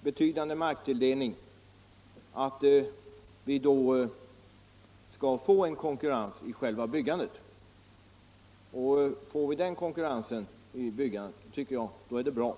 betydande marktilldelning, så får vi också konkurrens i själva byggandet. Och får vi den konkurrensen i byggandet, så tycker jag att det är bra.